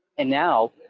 and now,